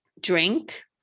drink